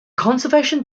conservation